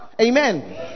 Amen